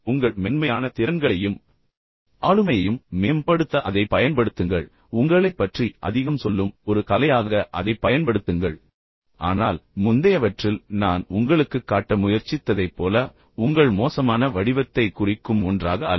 உங்கள் மென்மையான திறன்களையும் ஆளுமையையும் மேம்படுத்த அதைப் பயன்படுத்துங்கள் உங்களைப் பற்றி அதிகம் சொல்லும் ஒரு கலையாக அதைப் பயன்படுத்துங்கள் ஆனால் முந்தையவற்றில் நான் உங்களுக்குக் காட்ட முயற்சித்ததைப் போல உங்கள் மோசமான வடிவத்தைக் குறிக்கும் ஒன்றாக அல்ல